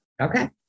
Okay